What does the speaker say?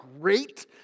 great